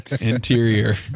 interior